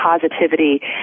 positivity